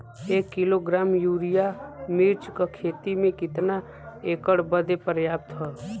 एक kilogram urea मिर्च क खेती में कितना एकड़ बदे पर्याप्त ह?